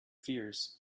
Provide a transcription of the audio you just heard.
fears